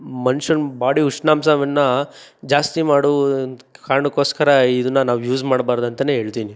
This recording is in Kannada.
ಮನುಷ್ಯನ್ ಬಾಡಿ ಉಷ್ಣಾಂಶವನ್ನು ಜಾಸ್ತಿ ಮಾಡು ಒಂದು ಕಾರಣಕ್ಕೋಸ್ಕರ ಇದನ್ನ ನಾವು ಯೂಸ್ ಮಾಡ್ಬಾರ್ದಂತ ಹೇಳ್ತಿನಿ